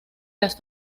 las